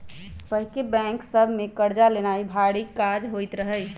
पहिके बैंक सभ से कर्जा लेनाइ भारी काज होइत रहइ